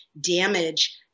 damage